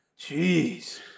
Jeez